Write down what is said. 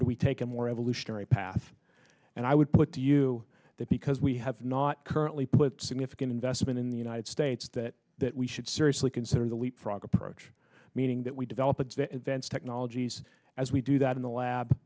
do we take a more evolutionary path and i would put to you that because we have not currently put significant investment in the united states that that we should seriously consider the leap frog approach meaning that we develop the advanced technologies as we do that in the lab